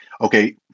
okay